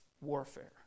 warfare